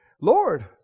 Lord